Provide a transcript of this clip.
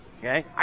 Okay